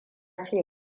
ce